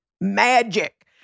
magic